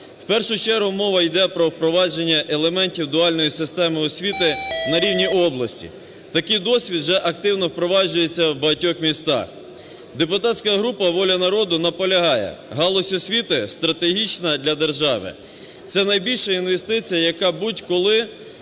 В першу чергу мова йде про впровадження елементів дуальної системи освіти на рівні області. Такий досвід вже активно впроваджується в багатьох містах. Депутатська група "Воля народу" наполягає: галузь освіти - стратегічна для держави, це найбільша інвестиція, яка будь-коли